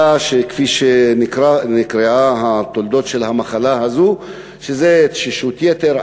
תולדות המחלה הזו: תשישות יתר,